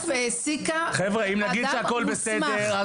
אם נגיד שהכול בסדר,